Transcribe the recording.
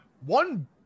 one